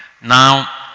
Now